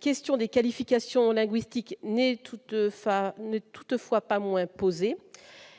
question des qualifications linguistique n'est toutefois ne toutefois